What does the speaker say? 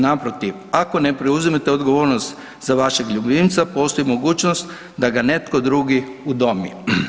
Naprotiv, ako ne preuzmete odgovornost za vašeg ljubimca postoji mogućnost da ga netko drugi udomi.